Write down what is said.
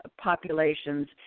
populations